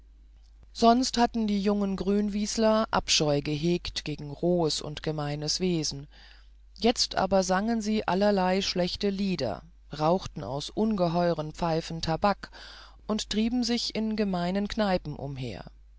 sonst hatten die jungen grünwieseler abscheu gehegt gegen rohes und gemeines wesen jetzt sangen sie allerlei schlechte lieder rauchten aus ungeheuren pfeifen tabak und trieben sich in gemeinen kneipen umher